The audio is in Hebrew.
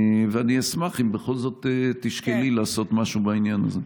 אני אשמח אם בכל זאת תשקלי לעשות משהו בעניין הזה.